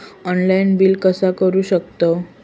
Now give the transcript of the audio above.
Online bill कसा करु शकतव?